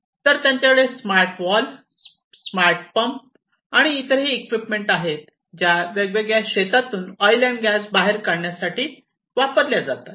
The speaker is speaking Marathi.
तर त्यांच्याकडे smart valve smart smart pump आणि इतरही इक्विपमेंट आहेत ज्या वेगवेगळ्या शेतातून ऑईल अँड गॅस बाहेर काढण्यासाठी वापरले जातात